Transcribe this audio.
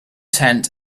tent